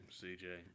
CJ